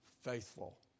faithful